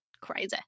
Crazy